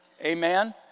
Amen